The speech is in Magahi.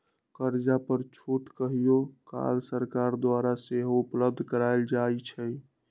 कर्जा पर छूट कहियो काल सरकार द्वारा सेहो उपलब्ध करायल जाइ छइ